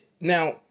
now